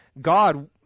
God